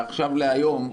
מעכשיו להיום,